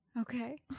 Okay